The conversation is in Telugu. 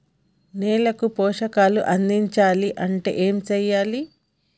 నేలకు పోషకాలు అందించాలి అంటే ఏం చెయ్యాలి?